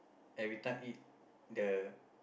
every time eat the